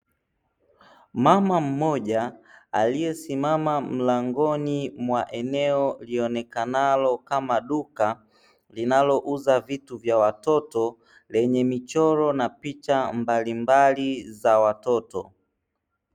Mama mmoja aliyesimama mlangoni mwa eneo lionekanalo kama duka; linalouza vitu vya watoto, lenye michoro na picha mbalimbali za watoto.